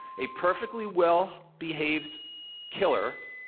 a perfectly well behaved killer,